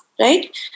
right